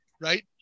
right